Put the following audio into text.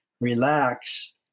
relax